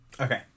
Okay